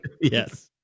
Yes